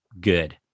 good